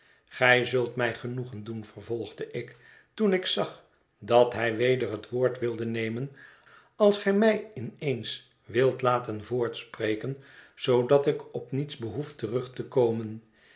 gij zult mij genoegen doen vervolgde ik toen ik zag dat hij weder het woord wilde nemen als gij mij in eens wilt laten voortspreken zoodat ik op niets behoef terug te komen